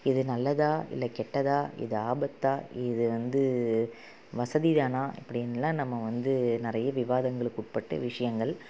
இது நல்லதா இல்லை கெட்டதா இது ஆபத்தா இது வந்து வசதி தானா அப்படின்னுலாம் நம்ம வந்து நிறைய விவாதங்கள் உட்பட்ட விஷயங்கள்